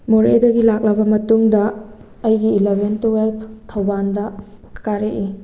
ꯃꯣꯔꯦꯗꯒꯤ ꯂꯥꯛꯂꯕ ꯃꯇꯨꯡꯗ ꯑꯩꯒꯤ ꯏꯂꯚꯦꯟ ꯇꯨꯋꯦꯜꯞ ꯊꯧꯕꯥꯜꯗ ꯀꯥꯔꯛꯏ